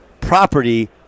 property